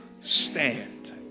stand